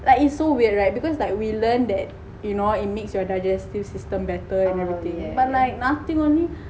like it's so weird right because like we learned that you know it makes your digestive system better and everything but like nothing only